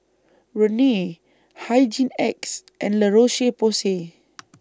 Rene Hygin X and La Roche Porsay